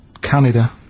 Canada